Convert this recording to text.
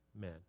men